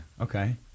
Okay